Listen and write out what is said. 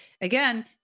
again